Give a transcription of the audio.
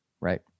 Right